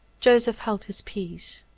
joseph held his peace.